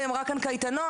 היא דיברה כאן על קייטנות.